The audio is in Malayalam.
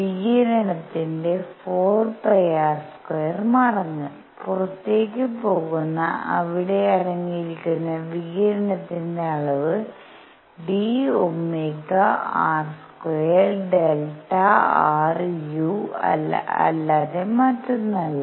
വികിരണത്തിന്റെ 4πr² മടങ്ങ് പുറത്തേക്ക് പോകുന്ന അവിടെ അടങ്ങിയിരിക്കുന്ന വികിരണത്തിന്റെ അളവ് d Ωr² Δru അല്ലാതെ മറ്റൊന്നില്ല